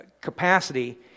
capacity